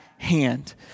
hand